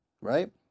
Right